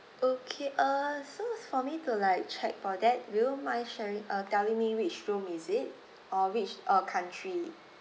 okay uh so for me to like check for that would you mind sharing uh telling me which room is it uh which uh country